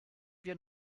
wir